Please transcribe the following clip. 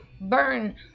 burn